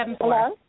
Hello